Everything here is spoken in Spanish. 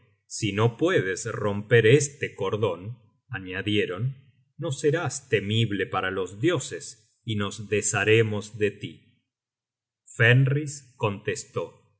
si no puedes romper este cordon añadieron no serás temible para los dioses y nos desharemos de tí fenris contestó